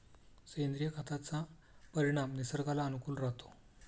सेंद्रिय खताचा परिणाम निसर्गाला अनुकूल राहतो